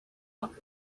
what